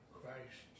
Christ